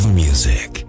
music